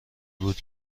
بود